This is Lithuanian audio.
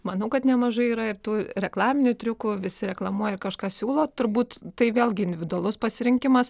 manau kad nemažai yra ir tų reklaminių triukų visi reklamuoja ir kažką siūlo turbūt tai vėlgi individualus pasirinkimas